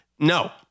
No